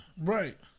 Right